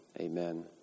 Amen